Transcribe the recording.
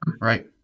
Right